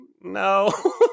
no